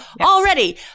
already